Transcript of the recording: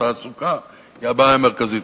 התעסוקה, זאת הבעיה המרכזית.